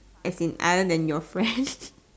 as in other than your friend